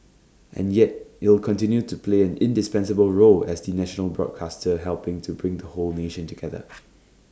and yet it'll continue to play an indispensable role as the national broadcaster helping to bring the whole nation together